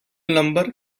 number